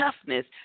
toughness